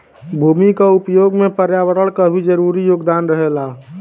भूमि क उपयोग में पर्यावरण क भी जरूरी योगदान रहेला